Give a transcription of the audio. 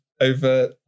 Over